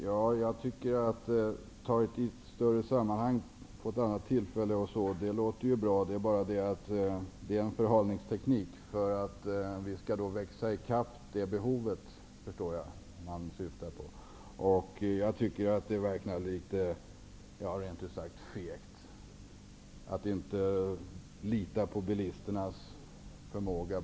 Herr talman! Det låter ju bra att det här skall tas upp vid ett annat tillfälle, i ett annat sammanhang osv., men det är en förhalningsteknik. Jag förstår att Lars Svensk menar att vi skall växa i kapp behovet, men jag tycker rent ut sagt att det verkar fegt att inte mer än så lita på bilisternas förmåga.